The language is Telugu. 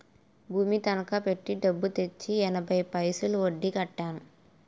భూమి తనకా పెట్టి డబ్బు తెచ్చి ఎనభై పైసలు వడ్డీ కట్టాను